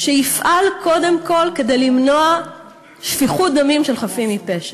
שיפעל קודם כול כדי למנוע שפיכות דמים של חפים מפשע.